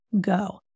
go